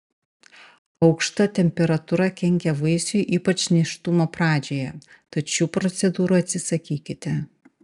aukšta temperatūra kenkia vaisiui ypač nėštumo pradžioje tad šių procedūrų atsisakykite